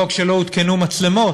ולא רק שלא הותקנו מצלמות,